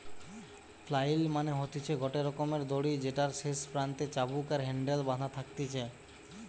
flail মানে হতিছে গটে রকমের দড়ি যেটার শেষ প্রান্তে চাবুক আর হ্যান্ডেল বাধা থাকতিছে